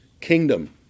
kingdom